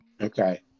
Okay